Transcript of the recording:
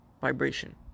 vibration